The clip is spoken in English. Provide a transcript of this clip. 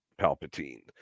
Palpatine